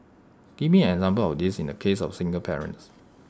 give me an example of this in the case of single parents